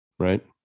Right